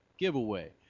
Giveaway